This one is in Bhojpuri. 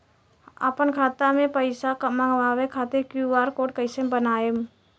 आपन खाता मे पईसा मँगवावे खातिर क्यू.आर कोड कईसे बनाएम?